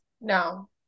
No